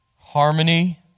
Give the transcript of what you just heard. harmony